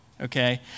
okay